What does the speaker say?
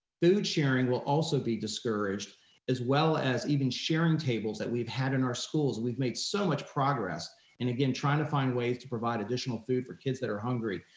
food sharing will also be discouraged as well as even sharing tables that we've had in our schools. we've made so much progress and again, trying to find ways to provide additional food for kids that are hungry.